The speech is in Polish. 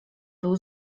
był